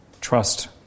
trust